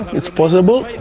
it's possible,